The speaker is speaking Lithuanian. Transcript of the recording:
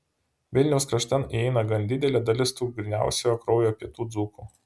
vilniaus kraštan įeina gan didelė dalis tų gryniausiojo kraujo pietų dzūkų